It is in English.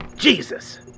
Jesus